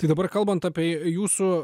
tai dabar kalbant apie jūsų